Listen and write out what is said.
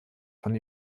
von